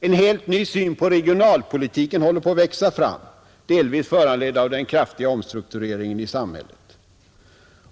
En helt ny syn på regionalpolitiken håller på att växa fram, delvis föranledd av den kraftiga omstruktureringen i samhället.